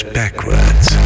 backwards